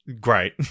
great